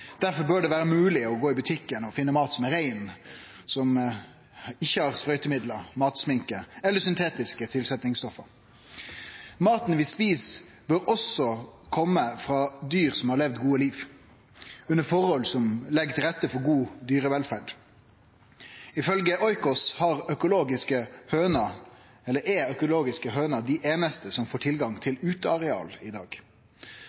Derfor bør det vere mogleg å gå i butikken og finne mat som er rein, som ikkje har sprøytemiddel, matsminke eller syntetiske tilsetjingsstoff. Maten vi et, bør også kome frå dyr som har levd gode liv, under forhold som legg til rette for god dyrevelferd. Ifølgje Oikos er økologiske høner dei einaste som får tilgang til uteareal i dag.